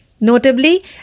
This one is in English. Notably